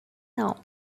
now